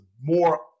more